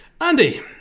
Andy